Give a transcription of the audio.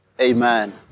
Amen